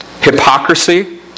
hypocrisy